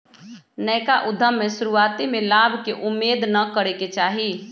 नयका उद्यम में शुरुआते में लाभ के उम्मेद न करेके चाही